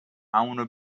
همونو